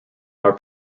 are